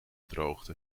droogte